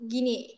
Gini